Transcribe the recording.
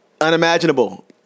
unimaginable